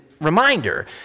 reminder